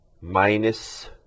minus